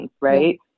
Right